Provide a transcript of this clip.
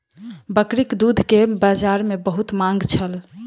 बकरीक दूध के बजार में बहुत मांग छल